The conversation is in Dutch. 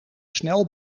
snel